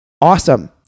awesome